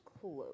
close